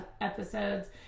episodes